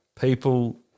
people